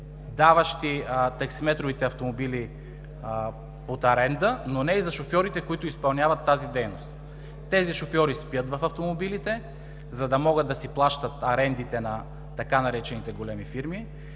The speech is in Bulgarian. даващи таксиметровите автомобили под аренда, но не и за шофьорите, които изпълняват тази дейност. Тези шофьори спят в автомобилите, за да могат да си плащат арендите на така наречените големи фирми.